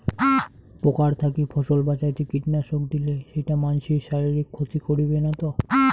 পোকার থাকি ফসল বাঁচাইতে কীটনাশক দিলে সেইটা মানসির শারীরিক ক্ষতি করিবে না তো?